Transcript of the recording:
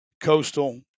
Coastal